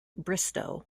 bristow